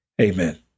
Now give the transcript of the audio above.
Amen